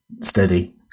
Steady